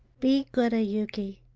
be goodu, yuki,